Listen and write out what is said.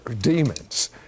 demons